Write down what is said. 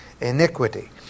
iniquity